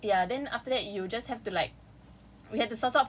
so then you ya then after that you just have to like